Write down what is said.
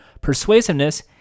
persuasiveness